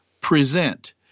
present